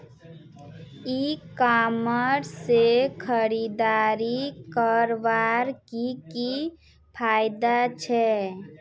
ई commerce से खरीदारी करवार की की फायदा छे?